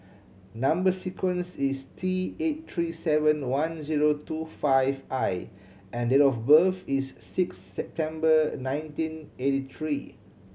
number sequence is T eight three seven one zero two five I and date of birth is six September nineteen eighty three